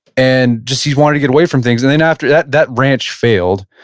and just he wanted to get away from things. and then after that that ranch failed,